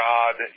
God